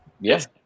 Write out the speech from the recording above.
Yes